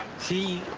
see